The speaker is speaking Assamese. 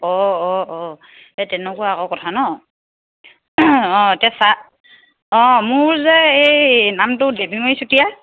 অঁ অঁ অঁ এই তেনেকুৱা আকৌ কথা নহ্ অঁ এতিয়া চাহ অঁ মোৰ যে এই নামটো দেৱীমণি চুতীয়া